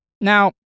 Now